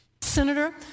Senator